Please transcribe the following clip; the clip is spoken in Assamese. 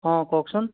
অঁ কওকচোন